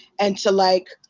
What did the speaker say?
and to like,